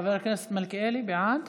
חבר הכנסת מלכיאלי, בעד,